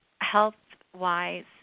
health-wise